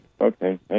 Okay